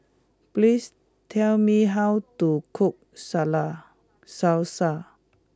please tell me how to cook Salad Salsa